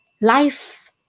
Life